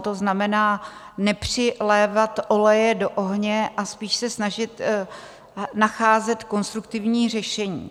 To znamená, nepřilévat oleje do ohně a spíš se snažit nacházet konstruktivní řešení.